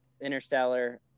interstellar